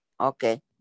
Okay